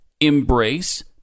embrace